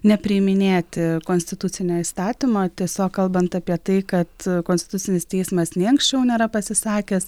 nepriiminėti konstitucinio įstatymo tiesiog kalbant apie tai kad konstitucinis teismas nei anksčiau nėra pasisakęs